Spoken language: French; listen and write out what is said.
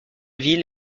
ville